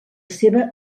seva